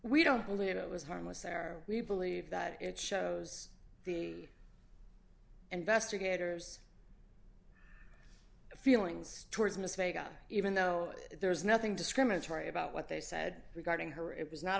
we don't believe it was harmless error we believe that it shows the investigators feelings towards miss vega even though there's nothing discriminatory about what they said regarding her it was not